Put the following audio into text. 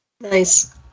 Nice